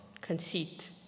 conceit